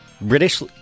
British